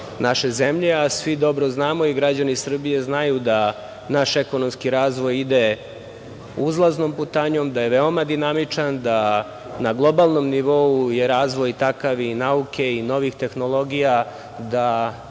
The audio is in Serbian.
naše zemlje. Svi dobro znamo, i građani Srbije znaju da naš ekonomski razvoj ide uzlaznom putanjom, da je veoma dinamičan, na globalnom nivou je razvoj takav i nauke i novih tehnologija, da